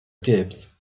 gibbs